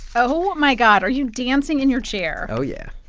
oh, my god. are you dancing in your chair? oh, yeah